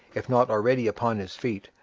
if not already upon his feet,